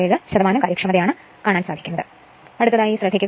47 കാര്യക്ഷമത ആണ് കാണാൻ സാധിക്കുന്നത്